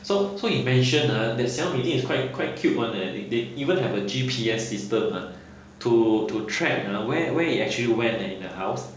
so so he mentioned ha that Xiaomi thing is quite quite cute [one] leh they they even have a G_P_S system !huh! to to track ha where where it actually went eh in the house